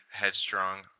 headstrong